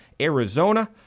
Arizona